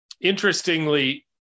interestingly